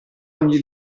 ogni